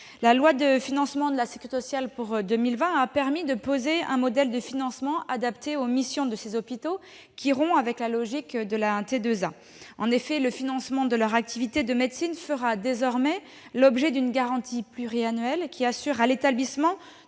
La loi de financement de la sécurité sociale pour 2020 a permis de poser un modèle de financement adapté aux missions de ces hôpitaux, qui rompt avec la logique de la T2A. En effet, le financement de leur activité de médecine fera désormais l'objet d'une garantie pluriannuelle, qui assure à l'établissement